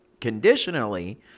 conditionally